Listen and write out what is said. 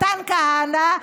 מתן כהנא,